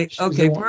okay